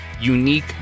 unique